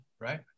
right